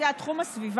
את יודעת, תחום הסביבה